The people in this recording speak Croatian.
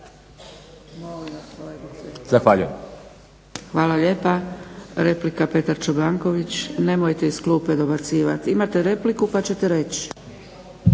Zahvaljujem.